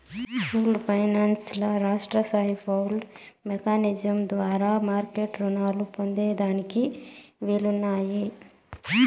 pooled finance ల రాష్ట్రస్తాయి pooled mechanism ద్వారా మార్మెట్ రునాలు పొందేదానికి వీలున్నాది